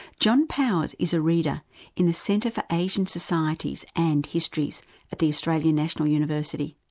john powers is a reader in the centre for asian societies and histories at the australian national university.